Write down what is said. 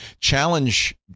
challenge